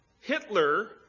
Hitler